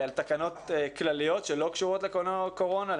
על תקנות כלליות שלא קשורות לקורונה,